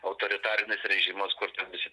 autoritarinis režimas kur ten visi